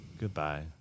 goodbye